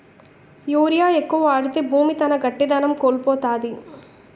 urea ఎక్కువ వాడితే భూమి తన గట్టిదనం కోల్పోతాది